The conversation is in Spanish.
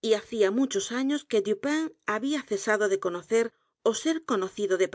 y hacía muchos años que dupin había cesado de conocer ó ser conocido de